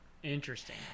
Interesting